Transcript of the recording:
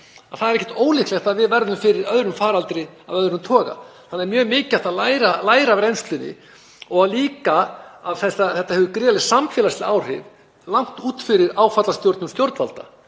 Það er ekkert ólíklegt að við verðum fyrir öðrum faraldri af öðrum toga. Það er mjög mikilvægt að læra af reynslunni því að þetta hefur líka gríðarleg samfélagsleg áhrif, langt út fyrir áfallastjórnun stjórnvalda.